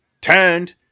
turned